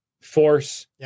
force